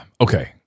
Okay